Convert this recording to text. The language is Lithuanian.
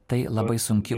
tai labai sunki